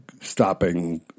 stopping